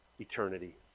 Eternity